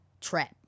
trap